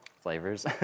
flavors